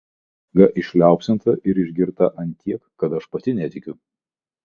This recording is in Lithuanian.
mano knyga išliaupsinta ir išgirta ant tiek kad aš pati netikiu